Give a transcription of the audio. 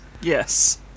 yes